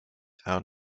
out